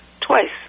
twice